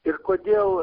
ir kodėl